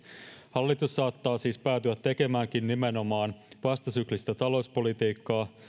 hallitus saattaakin siis päätyä tekemään nimenomaan vastasyklistä talouspolitiikkaa